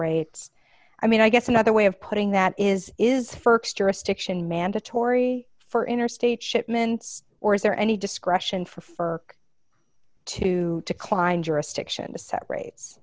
rates i mean i guess another way of putting that is is stiction mandatory for interstate shipments or is there any discretion for for to decline jurisdiction to set rates